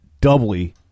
doubly